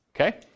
Okay